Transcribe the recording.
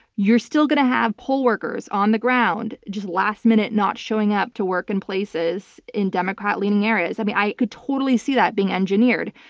you're still going to have poll workers on the ground just last-minute not showing up to work in places in democrat-leaning areas. i mean i can totally see that being engineered.